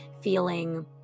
feeling